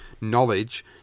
knowledge